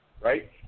right